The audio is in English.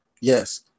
Yes